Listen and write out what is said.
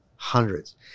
hundreds